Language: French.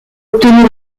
obtenir